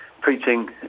preaching